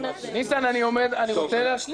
ניסן, אני מבקש להשלים את דבריי.